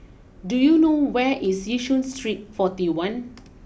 do you know where is Yishun Street forty one